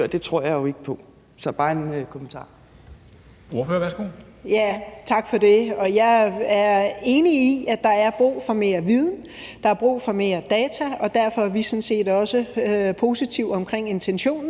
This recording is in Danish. det tror jeg ikke på. Det var bare en kommentar.